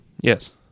Yes